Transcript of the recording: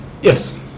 Yes